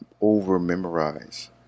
over-memorize